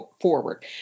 forward